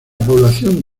población